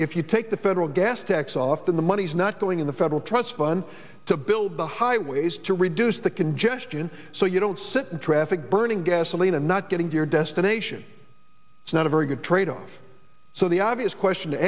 if you take the federal gas tax often the money's not going in the federal trust fund to build the highways to reduce the congestion so you don't sit in traffic burning gasoline and not getting to your destination it's not a very good tradeoff so the obvious question to